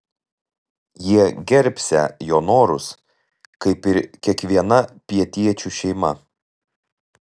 jie gerbsią jo norus kaip ir kiekviena pietiečių šeima